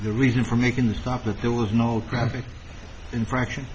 the reason for making this stuff that there was no traffic infraction